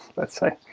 let's say.